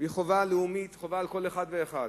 חובה לאומית, חובה על כל אחד ואחד,